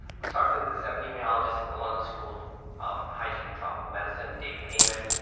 we talked to this epidemiologist at the london school of um hygiene and tropical medicine david heymann.